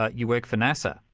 ah you work for nasa,